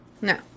No